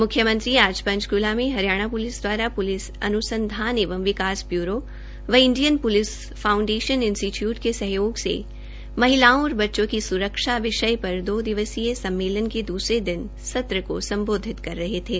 म्ख्यमंत्री आज पंचक्ला में हरियाणा प्लिस दवारा पुलिस अनुसंधान एवं विकास ब्यूरो व इंडियन पुलिस फाउंडेशन इंस्टीट्यूट के सहयोग से महिलाओं और बच्चों की सुरक्षा विषय पर दो दिवसीय सम्मेलन के द्रसरे दिन सत्र को संबोधित कर रहे थे